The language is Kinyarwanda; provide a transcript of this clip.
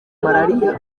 malariya